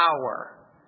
power